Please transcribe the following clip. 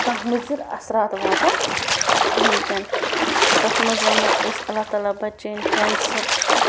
کانٛہہ مُضر اَثرات واتان کِہیٖنۍ تہِ نہٕ تَتھ منٛز وَنو أسۍ اللہ تعالیٰ بَچٲیِن کینسَر چھُ